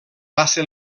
passa